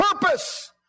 purpose